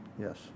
Yes